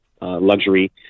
luxury